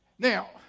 now